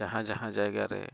ᱡᱟᱦᱟᱸ ᱡᱟᱦᱟᱸ ᱡᱟᱭᱜᱟ ᱨᱮ